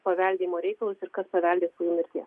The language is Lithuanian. paveldėjimo reikalus ir kas paveldės po jų mirties